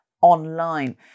online